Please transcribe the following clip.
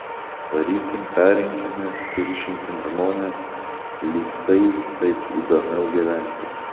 varykim piarinkimės kiršinkim žmones lyg tai taip įdomiau gyventi